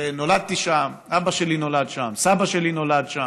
נולדתי שם, אבא שלי נולד שם, סבא שלי נולד שם.